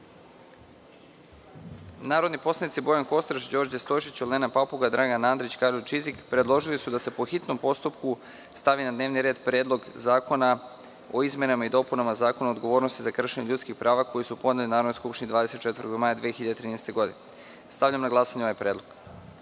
poslanici Bojan Kostreš, Đorđe Stojšić, Olena Papuga, Dragan Andrić i Karolj Čizik predložili su da se po hitnom postupku stavi na dnevni red Predlog zakona o izmenama i dopunama Zakona o odgovornosti za kršenje ljudskih prava, koji su podneli Narodnoj skupštini 24. maja 2013. godine. Stavljam na glasanje ovaj predlog. Molim